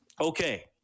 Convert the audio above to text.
Okay